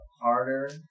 harder